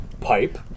pipe